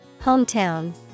Hometown